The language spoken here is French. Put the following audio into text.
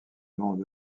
nom